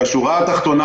בשורה התחתונה,